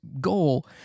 goal